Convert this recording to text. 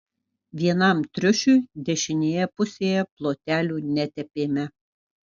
vienam triušiui dešinėje pusėje plotelių netepėme